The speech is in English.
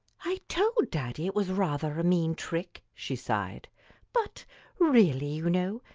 i told daddy it was rather a mean trick, she sighed but really, you know,